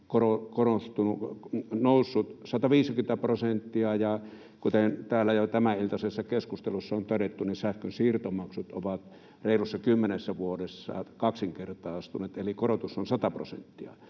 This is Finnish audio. noussut 150 prosenttia, ja kuten täällä tämäniltaisessa keskustelussa on jo todettu, sähkönsiirtomaksut ovat reilussa 10 vuodessa kaksinkertaistuneet, eli korotus on 100 prosenttia.